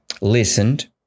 listened